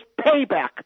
payback